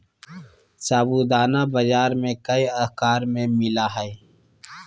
साबूदाना बाजार में कई आकार में मिला हइ